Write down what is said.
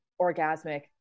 orgasmic